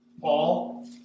Paul